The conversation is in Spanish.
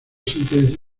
sentencia